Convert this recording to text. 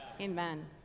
Amen